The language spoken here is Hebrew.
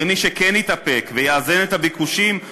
ומי שכן יתאפק ויאזן את הביקושים,